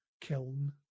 kiln